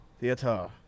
Theater